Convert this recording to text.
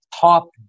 top